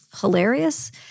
hilarious